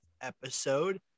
episode